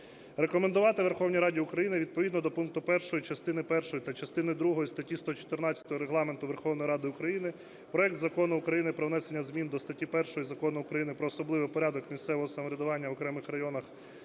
Рекомендувати Верховній Раді України відповідно до пункту першого частини першої та частини другої статті 114 Регламенту Верховної Ради України проект Закону України про внесення змін до статті 1 Закону України "Про особливий порядок місцевого самоврядування в окремих районах